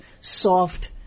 soft